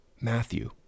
Matthew